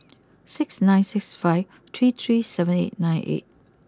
six nine six five three three seven eight nine eight